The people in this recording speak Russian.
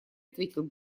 ответил